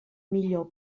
millor